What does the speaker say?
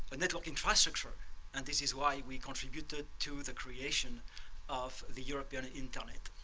and little infrastructure and this is why we contributed to the creation of the european internet.